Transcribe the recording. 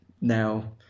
now